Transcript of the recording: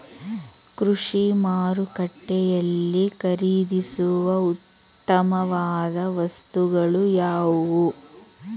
ಕೃಷಿ ಮಾರುಕಟ್ಟೆಯಲ್ಲಿ ಖರೀದಿಸುವ ಉತ್ತಮವಾದ ವಸ್ತುಗಳು ಯಾವುವು?